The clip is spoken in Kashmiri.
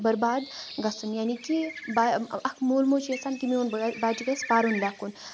بَرباد گَژھُن یعنے کہِ بایہ اَکھ مول موج چھِ یَژھان کہِ میون بَچہِ گَژھِ پَرُن لٮ۪کُھن